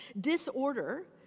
Disorder